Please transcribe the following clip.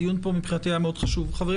מבחינתי הדיון היה חשוב.